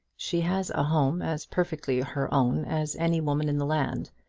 she has a home as perfectly her own as any woman in the land.